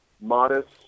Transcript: modest